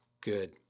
good